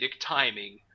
timing